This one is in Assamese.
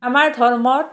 আমাৰ ধৰ্মত